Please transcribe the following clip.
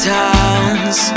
towns